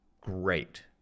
great